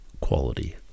quality